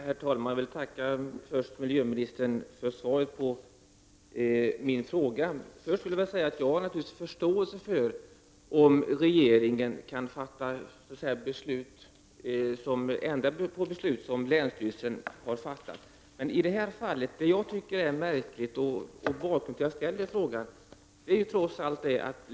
Herr talman! Jag vill tacka miljöministern för svaret på min fråga. Först vill jag säga att jag naturligtvis har förståelse för att regeringen ändrar beslut som länsstyrelsen har fattat. Men i det här fallet tycker jag att det var märkligt, och det var därför jag ställde frågan.